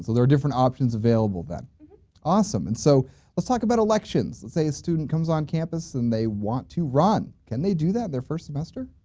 there are different options available then awesome and so let's talk about elections. let's say a student comes on campus and they want to run can they do that their first semester?